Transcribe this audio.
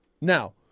Now